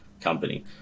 company